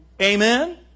Amen